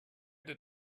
that